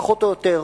פחות או יותר,